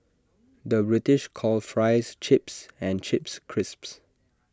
the British calls Fries Chips and Chips Crisps